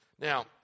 Now